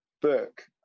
Book